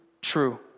true